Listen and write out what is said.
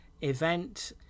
event